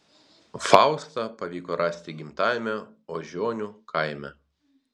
faustą pavyko rasti gimtajame ožionių kaime